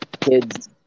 kids